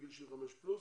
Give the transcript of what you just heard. מגיל 75 פלוס,